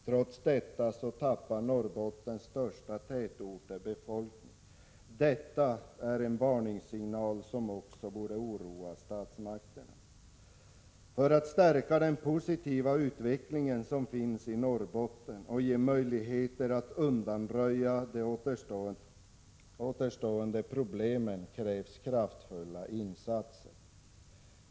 Trots detta tappar dessa Norrbottens största tätorter befolkning. Detta är en varningssignal som också borde oroa statsmakterna. För att stärka den positiva utveckling som finns i Norrbotten och skapa möjligheter att undanröja de återstående problemen krävs kraftfulla insatser.